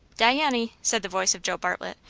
diany, said the voice of joe bartlett,